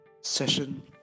Session